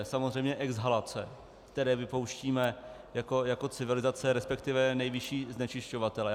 Samozřejmě exhalace, které vypouštíme jako civilizace, respektive nejvyšší znečišťovatelé.